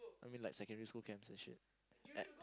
I mean like secondary school camps and shit and